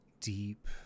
deep